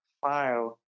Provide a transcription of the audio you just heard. file